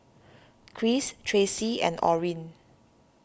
Kris Tracee and Orin